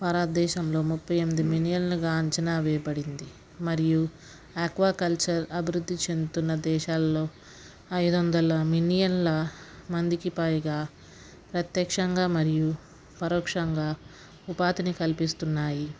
భారతదేశంలో ముప్పై ఎనిమిది మిలియన్లుగా అంచనా వేయబడింది మరియు ఆక్వా కల్చర్ అభివృద్ధి చెందుతున్న దేశాలలో ఐదు వందల మిలియన్ల మందికి పైగా ప్రత్యక్షంగా మరియు పరోక్షంగా ఉపాధిని కల్పిస్తున్నాయి